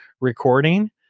recording